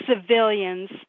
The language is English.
civilians